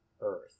Earth